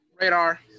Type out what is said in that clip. Radar